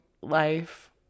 life